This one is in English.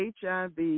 HIV